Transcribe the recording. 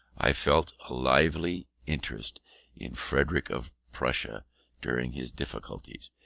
i felt a lively interest in frederic of prussia during his difficulties,